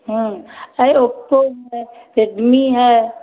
हाँ अये ओप्पो है रेडमी है